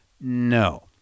no